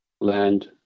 land